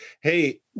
hey